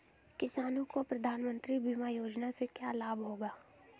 किसानों को प्रधानमंत्री बीमा योजना से क्या लाभ होगा?